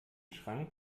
schrank